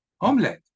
homeland